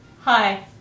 Hi